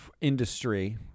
industry